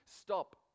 Stop